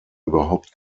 überhaupt